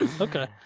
Okay